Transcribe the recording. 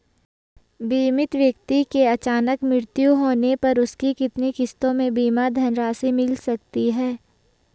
बीमित व्यक्ति के अचानक मृत्यु होने पर उसकी कितनी किश्तों में बीमा धनराशि मिल सकती है?